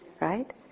Right